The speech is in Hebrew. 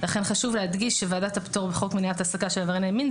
לכן חשוב להדגיש שוועדת הפטור לחוק מניעת העסקת עברייני מין,